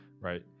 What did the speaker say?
right